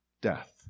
death